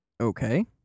Okay